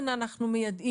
לא התייחסתי לדרך.